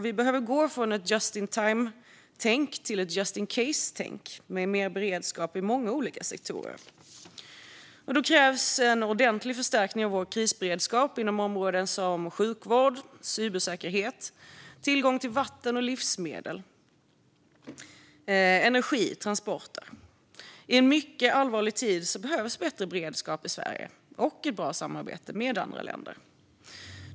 Vi behöver gå från ett just-in-time-tänk till ett just-in-case-tänk med mer beredskap i många olika sektorer. Då krävs en ordentlig förstärkning av vår krisberedskap på områden som sjukvård, cybersäkerhet, tillgång till vatten och livsmedel, energi och transporter. I en mycket allvarlig tid behövs bättre beredskap i Sverige och ett bra samarbete med andra länder.